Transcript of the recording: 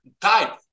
type